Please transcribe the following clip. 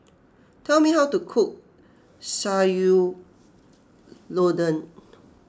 tell me how to cook Sayur Lodeh